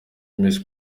miss